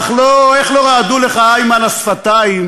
איך לא רעדו לך, איימן, השפתיים